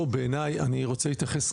אני רוצה להתייחס,